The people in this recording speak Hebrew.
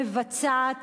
מבצעת